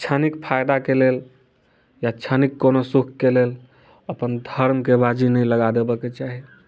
छनिक फायदा के लेल या छनिक कोनो सुख के लेल अपन धर्म के बाजी नहि लगा देबाके चाही